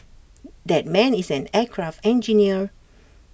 that man is an aircraft engineer